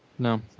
no